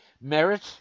merit